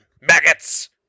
maggots